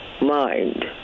mind